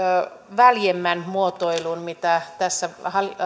väljemmän muotoilun kuin mitä tässä